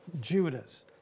Judas